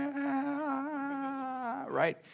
right